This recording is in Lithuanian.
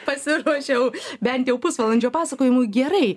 pasiruošiau bent jau pusvalandžio pasakojimui gerai